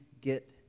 get